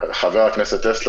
חבר הכנסת טסלר,